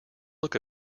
look